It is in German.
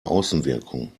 außenwirkung